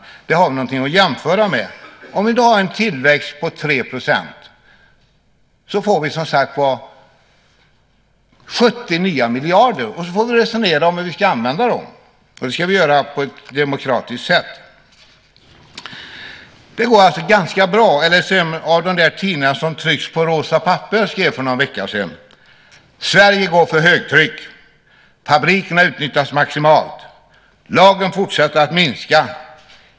Därmed har vi lite grann att jämföra med. Om vi har en tillväxt på 3 % får vi, som sagt, 70 nya miljarder. Då får vi resonera om hur vi ska använda dem. Det ska vi göra på ett demokratiskt sätt. Det går alltså ganska bra, eller som en av de där tidningarna med rosa papper skrev för någon vecka sedan: "Sverige går för högtryck. Fabrikerna utnyttjas maximalt. Lagren fortsätter att minska.